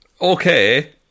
Okay